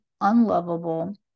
unlovable